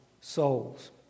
souls